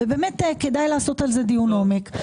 באמת, כדאי לעשות על זה דיון לעומק.